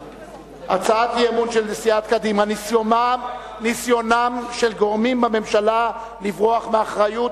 הצעת האי-אמון של סיעת קדימה: ניסיונם של גורמים בממשלה לברוח מאחריות.